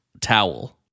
towel